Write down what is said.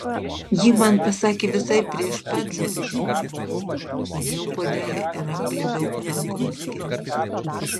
ji man pasakė visai prieš pat žūtį padėjau puodelį ir apglėbiau rankomis kelius